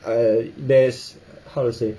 I there's how to say